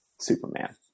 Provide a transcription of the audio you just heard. Superman